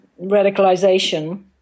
radicalization